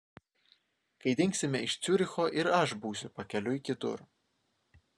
kai dingsime iš ciuricho ir aš būsiu pakeliui kitur